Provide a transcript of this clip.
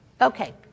okay